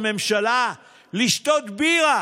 הנורא של הממשלה הזאת בטיפול בקורונה,